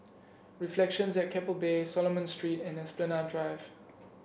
Reflections at Keppel Bay Solomon Street and Esplanade Drive